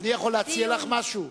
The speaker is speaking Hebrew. אני יכול להציע לך משהו?